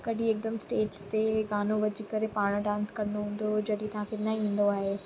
कॾहिं हिकदमि स्टेज ते गानो वॼी करे पाण डांस करिणो हूंदो जॾहिं की तव्हांखे न ईंदो आहे